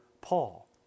Paul